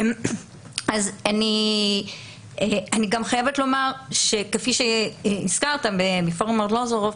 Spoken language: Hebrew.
אני גם חייבת לומר שכפי שהזכרת מפורום ארלוזורוב,